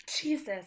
Jesus